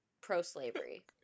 pro-slavery